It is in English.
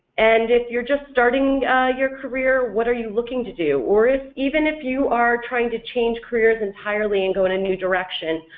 and if you're just starting your career, what are you looking to do? or if even if you are trying to change careers entirely and go in a new direction,